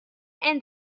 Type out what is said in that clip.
and